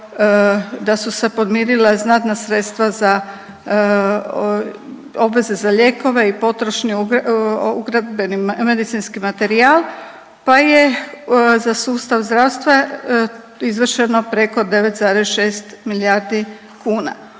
da su se podmirila znatna sredstva za, obveze za lijekove i potrošni ugradbeni medicinski materijal, pa je za sustav zdravstva izvršeno preko 9,6 milijardi kuna.